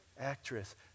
actress